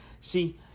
See